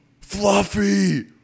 Fluffy